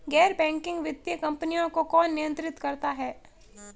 गैर बैंकिंग वित्तीय कंपनियों को कौन नियंत्रित करता है?